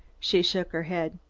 she shook her head.